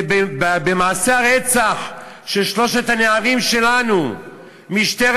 במעשה הרצח של שלושת הנערים שלנו משטרת